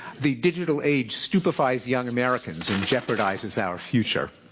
the digital age stupefies young americans and jeopardises our future.